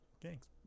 Thanks